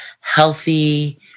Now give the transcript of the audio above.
healthy